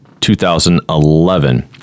2011